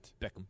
Beckham